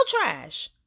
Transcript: trash